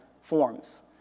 forms